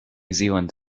zealand